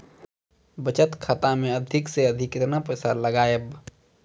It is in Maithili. बचत खाता मे अधिक से अधिक केतना पैसा लगाय ब?